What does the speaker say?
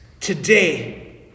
Today